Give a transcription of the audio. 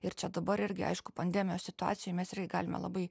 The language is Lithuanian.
ir čia dabar irgi aišku pandemijos situacijoj mes irgi galime labai